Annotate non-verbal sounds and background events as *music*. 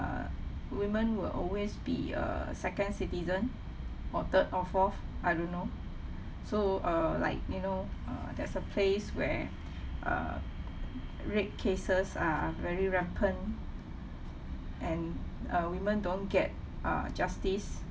err women will always be uh second citizen or third or fourth I don't know so uh like you know uh there's a place where *breath* uh rape cases are very rampant and uh women don't get uh justice